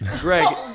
Greg